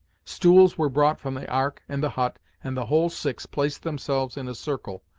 stools were brought from the ark and the hut, and the whole six placed themselves in a circle,